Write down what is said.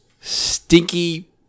stinky